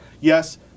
Yes